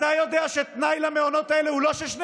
אתה יודע שתנאי למעונות האלו הוא לא ששני